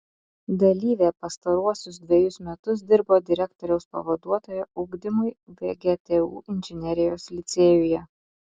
dalyvė pastaruosius dvejus metus dirbo direktoriaus pavaduotoja ugdymui vgtu inžinerijos licėjuje